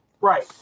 Right